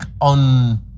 on